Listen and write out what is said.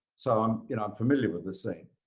so um you know i'm familiar with the scene.